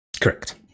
Correct